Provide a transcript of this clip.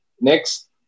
Next